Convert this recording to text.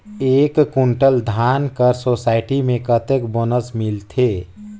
एक कुंटल धान कर सोसायटी मे कतेक बोनस मिलथे?